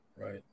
Right